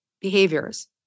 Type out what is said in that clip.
behaviors